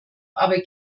aber